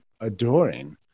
adoring